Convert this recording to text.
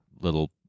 little